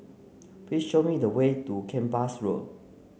please show me the way to Kempas Road